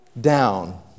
down